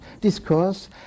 discourse